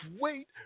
Wait